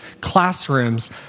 classrooms